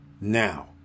now